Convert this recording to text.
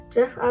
Jeff